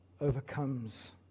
overcomes